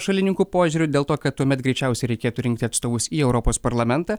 šalininkų požiūriu dėl to kad tuomet greičiausiai reikėtų rinkti atstovus į europos parlamentą